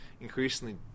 increasingly